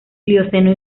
plioceno